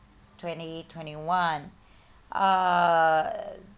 twenty twenty one uh